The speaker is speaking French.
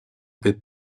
peut